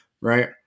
right